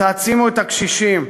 תעצימו את הקשישים.